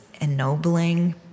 ennobling